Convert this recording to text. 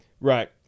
right